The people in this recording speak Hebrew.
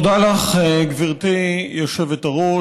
תודה לך, גברתי היושבת-ראש.